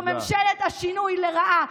זו ממשלת השינוי לרעה.